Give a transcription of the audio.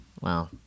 Wow